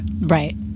Right